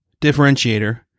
differentiator